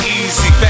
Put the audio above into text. easy